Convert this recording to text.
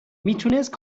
میتونست